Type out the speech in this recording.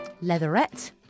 Leatherette